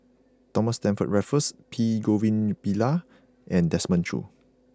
Thomas Stamford Raffles P Govindasamy Pillai and Desmond Choo